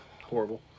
Horrible